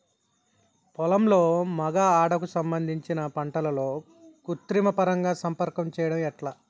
పొలంలో మగ ఆడ కు సంబంధించిన పంటలలో కృత్రిమ పరంగా సంపర్కం చెయ్యడం ఎట్ల?